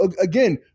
again